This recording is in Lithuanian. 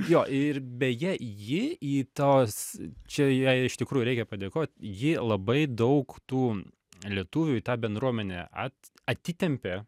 jo ir beje ji į tos čia jai iš tikrųjų reikia padėkot ji labai daug tų lietuvių į tą bendruomenę at atitempė